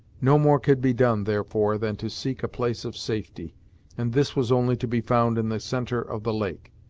no more could be done, therefore, than to seek a place of safety and this was only to be found in the centre of the lake.